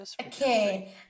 okay